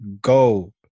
go